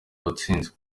uwatsinze